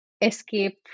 escape